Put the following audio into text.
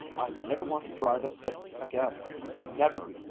i never want to drive a six again never!